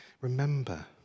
Remember